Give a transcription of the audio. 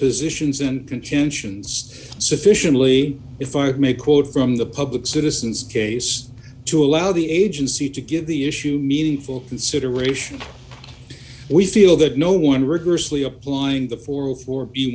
positions in contentions sufficiently if i may quote from the public citizen's case to allow the agency to give the issue meaningful consideration we feel that no one rigorously applying the for